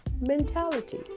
mentality